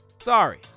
Sorry